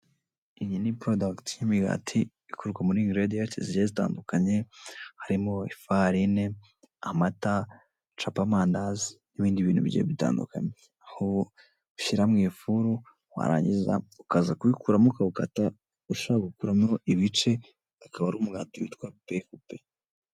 Iyi ni porodagiti y'imigati ikorwa muri ingirediyanti zigiye zitandukanye harimo ifarine, amata, capamandazi, n'ibindi bintu bigiye bitandukanye. Aho ushyira mu ifuru warangiza ukaza kubikuramo ukawukata ushaka gukuramo ibice ukaba ari umugati witwa kupekupe.